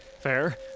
Fair